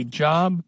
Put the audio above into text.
job